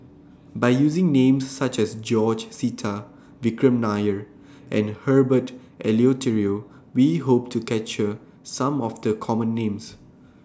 By using Names such as George Sita Vikram Nair and Herbert Eleuterio We Hope to capture Some of The Common Names